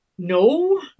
No